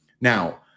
Now